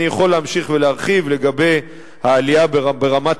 אני יכול להמשיך ולהרחיב לגבי העלייה ברמת